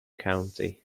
county